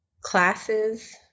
classes